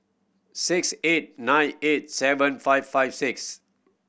six eight nine eight seven five five six